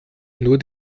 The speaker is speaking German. nur